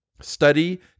Study